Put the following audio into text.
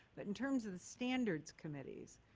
but in terms of the standards committees,